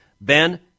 Ben